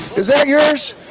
is that yours?